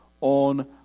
on